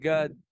God